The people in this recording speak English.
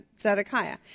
Zedekiah